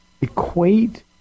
equate